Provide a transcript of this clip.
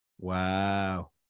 Wow